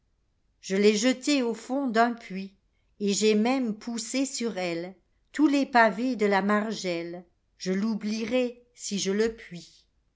je l'ai jetée au fond d'un puits et j'ai même poussé sur elletous les pavés de la margelle je l'oublierai si je le puisi